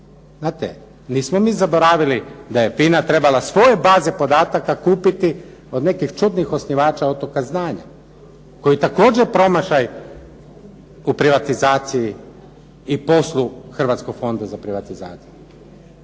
Znate nismo mi zaboravili da je FINA trebala svoje baze podataka kupiti od nekih čudnih osnivača Otoka znanja, koji je također promašaj u privatizaciji i poslu Hrvatskog fonda za privatizaciju.